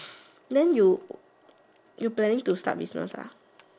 then you you planning to start business ah